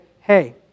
hey